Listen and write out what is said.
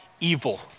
evil